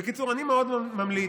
בקיצור, אני ממליץ